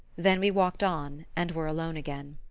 then we walked on and were alone again.